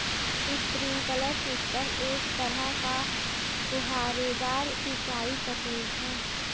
sprinkler system एक तरह का फुहारेदार सिंचाई तकनीक है